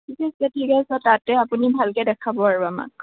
ঠিক আছে ঠিক আছে তাতে আপুনি ভালকৈ দেখাব আৰু আমাক